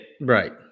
Right